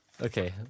Okay